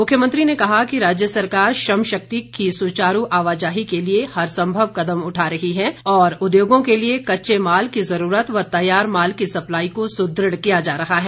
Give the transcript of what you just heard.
मुख्यमंत्री ने कहा कि राज्य सरकार श्रम शक्ति की सुचारू आवाजाही के लिए हर संभव कदम उठा रही है और उद्योगों के लिए कच्चे माल की ज़रूरत व तैयार माल की सप्लाई को सुदृढ़ किया जा रहा है